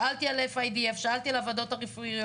שאלתי על FIDF. שאלתי על הוועדות הרפואיות.